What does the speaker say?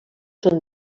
són